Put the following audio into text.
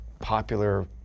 popular